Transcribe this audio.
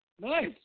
Nice